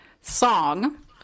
song